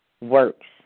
works